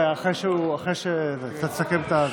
אחרי שהוא, אתה תסכם את זה.